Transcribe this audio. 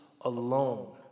alone